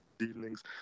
evenings